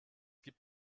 gibt